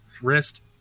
wrist